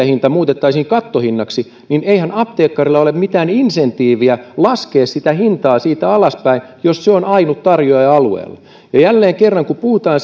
hinta muutettaisiin kattohinnaksi niin eihän apteekkarilla ole mitään insentiiviä laskea hintaa siitä alaspäin jos se on ainut tarjoaja alueella ja jälleen kerran kun puhutaan